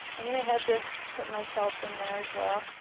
i mean i had to put myself in there as well.